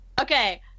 okay